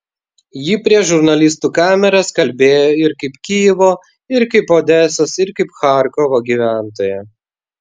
ji prieš žurnalistų kameras kalbėjo ir kaip kijevo ir kaip odesos ir kaip charkovo gyventoja